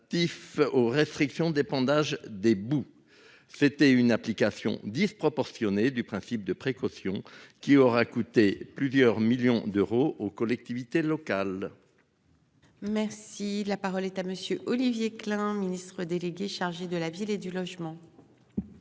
aux restrictions d'épandage des boues. C'était une application disproportionnée du principe de précaution qui aura coûté plusieurs millions d'euros aux collectivités locales. Merci la parole est à monsieur Olivier Klein, Ministre délégué chargé de la ville et du logement.